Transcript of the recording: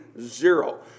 zero